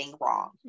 wrong